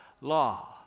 law